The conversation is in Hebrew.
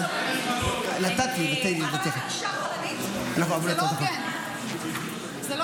עכשיו, כשהסברתי את מה שקרה, אתה היית